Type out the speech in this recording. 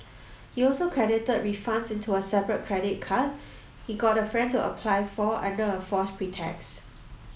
he also credited refunds into a separate credit card he got a friend to apply for under a false pretext